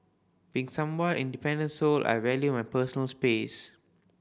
being somewhat independent soul I value my personal space